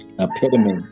epitome